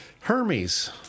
Hermes